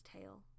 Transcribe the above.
tail